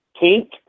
Pink